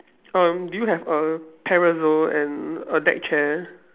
um do you have a parasol and a deck chair